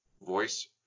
voice